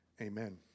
amen